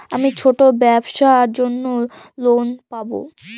আমি ছোট ব্যবসার জন্য লোন পাব?